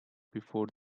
before